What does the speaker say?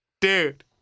Dude